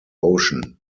ocean